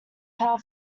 pal